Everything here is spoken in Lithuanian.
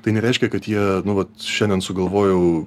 tai nereiškia kad jie nu vat šiandien sugalvojau